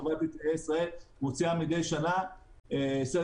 חברת נתיבי ישראל מוציאה מידי שנה סדר